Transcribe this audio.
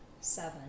seven